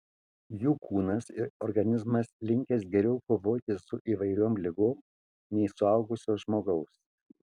jų kūnas ir organizmas linkęs geriau kovoti su įvairiom ligom nei suaugusio žmogaus